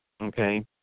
Okay